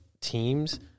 teams